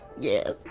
yes